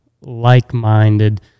like-minded